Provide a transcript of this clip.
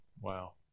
Wow